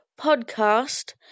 podcast